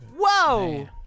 Whoa